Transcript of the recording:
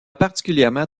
particulièrement